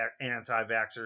anti-vaxxers